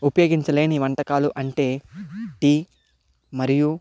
ఉపయోగించలేని వంటకాలు అంటే టీ మరియు